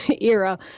era